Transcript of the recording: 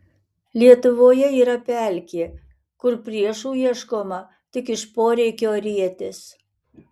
lietuvoje yra pelkė kur priešų ieškoma tik iš poreikio rietis